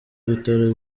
bitaro